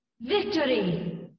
Victory